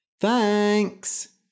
Thanks